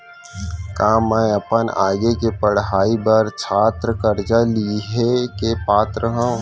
का मै अपन आगे के पढ़ाई बर छात्र कर्जा लिहे के पात्र हव?